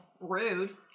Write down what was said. Rude